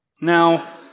Now